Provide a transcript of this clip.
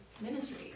ministry